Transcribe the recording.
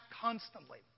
constantly